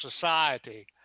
society